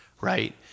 right